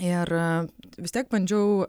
ir vis tiek bandžiau